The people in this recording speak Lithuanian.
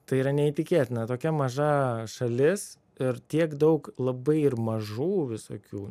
tai yra neįtikėtina tokia maža šalis ir tiek daug labai ir mažų visokių